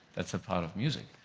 that's the power of music